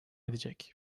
edecek